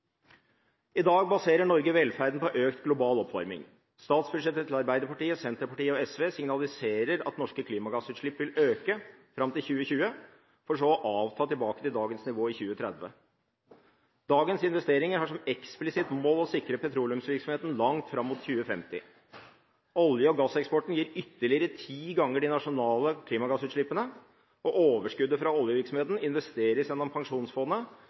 I dag baserer Norge velferden på økt global oppvarming. Statsbudsjettet til Arbeiderpartiet, Senterpartiet og SV signaliserer at norske klimagassutslipp vil øke fram til 2020 for så å avta til dagens nivå i 2030. Dagens investeringer har som eksplisitt mål å sikre petroleumsvirksomheten langt fram mot 2050. Olje- og gasseksporten gir ytterligere ti ganger de nasjonale klimagassutslippene, og overskuddet fra oljevirksomheten investeres gjennom Pensjonsfondet